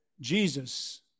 Jesus